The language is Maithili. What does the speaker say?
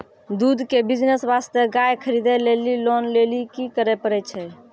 दूध के बिज़नेस वास्ते गाय खरीदे लेली लोन लेली की करे पड़ै छै?